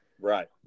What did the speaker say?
Right